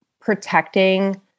protecting